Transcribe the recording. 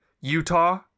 Utah